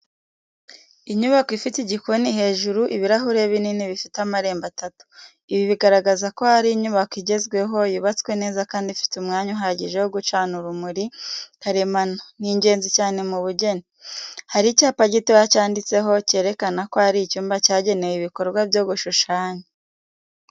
Inyubako ifite igikoni hejuru ibirahure binini bifite amarembo atatu. Ibi bigaragaza ko ari inyubako igezweho, yubatswe neza kandi ifite umwanya uhagije wo gucana urumuri karemano ni ingenzi cyane mu bugeni. Hari icyapa gitoya cyanditseho cyerekana ko ari icyumba cyagenewe ibikorwa byo gushushanya.